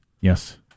Yes